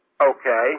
Okay